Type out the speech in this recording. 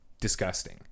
disgusting